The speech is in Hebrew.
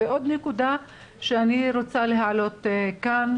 ועוד נקודה שאני רוצה להעלות כאן,